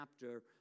chapter